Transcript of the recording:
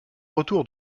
retour